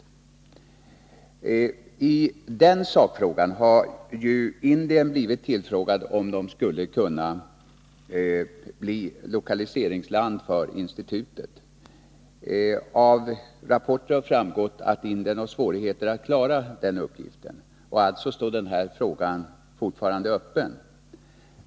När det gäller den sakfrågan har man ju frågat om Indien skulle kunna bli lokaliseringsland för institutet. Av rapporter har framgått att Indien har svårigheter att klara uppgiften. Den frågan står alltså fortfarande öppen.